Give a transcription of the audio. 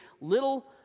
little